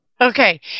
Okay